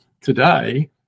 Today